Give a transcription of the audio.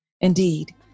Indeed